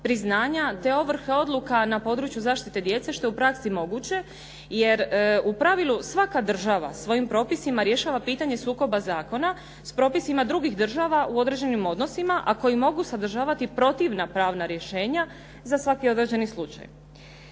te ovrhe odluka na području zaštite djece što je u praksi moguće jer u pravilu svaka država svojim propisima rješava pitanje sukoba zakona s propisima drugih država u određenim odnosima a koji mogu sadržavati protivna pravna rješenja za svaki određeni slučaj.